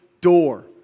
door